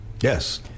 Yes